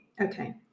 okay